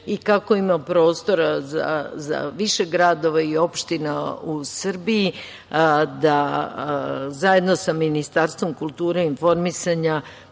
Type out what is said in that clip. i kako ima prostora za više gradova i opština u Srbiji da zajedno sa Ministarstvom kulture i informisanja